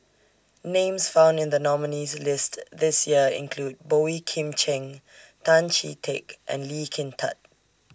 Names found in The nominees' list This Year include Boey Kim Cheng Tan Chee Teck and Lee Kin Tat